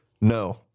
no